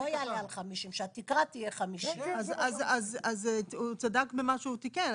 לא יעלה על 50. שהתקרה תהיה 50. אז הוא צדק במה שהוא תיקן.